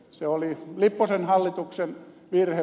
se oli lipposen hallituksen virhe